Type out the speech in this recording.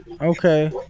Okay